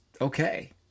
okay